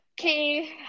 okay